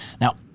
Now